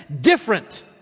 different